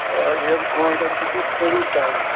آ ییٚمۍ کووِڈَن تہِ کٔرۍ صحیح تنٛگ